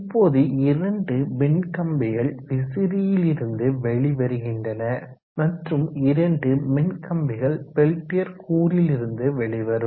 இப்போது இரண்டு மின்கம்பிகள் விசிறியிலிருந்து வெளிவருகின்றன மற்றும் இரண்டு மின்கம்பிகள் பெல்டியர் கூறிலிருந்து வெளிவரும்